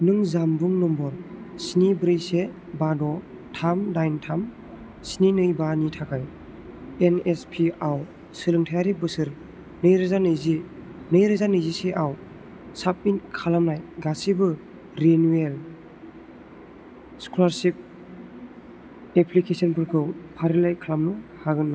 नों जानबुं नम्बर स्नि ब्रै से बा द' थाम दाइन थाम स्नि नै बा नि थाखाय एनएसपि आव सोलोंथायारि बोसोर नैरोजा नैजि नैरोजा नैजिसेआव साबमिट खालामनाय गासिबो रिनिउयेल स्कलारशिप एप्लिकेसनफोरखौ फारिलाइ खालामनो हागोन नामा